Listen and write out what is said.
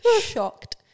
Shocked